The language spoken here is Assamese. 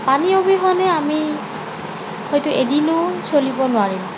পানী অবিহনে আমি হয়তো এদিনো চলিব নোৱাৰিম